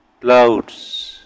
Clouds